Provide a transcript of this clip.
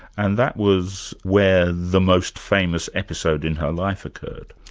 and that was where the most famous episode in her life occurred.